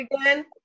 again